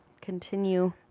continue